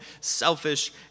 selfish